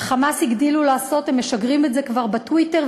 ה"חמאס" הגדילו לעשות: הם משגרים את זה כבר בטוויטר,